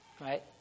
Right